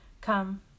Come